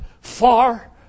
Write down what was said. far